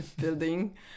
building